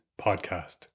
Podcast